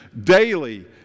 daily